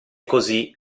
così